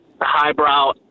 highbrow